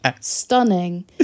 stunning